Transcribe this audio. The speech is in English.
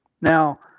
Now